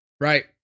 Right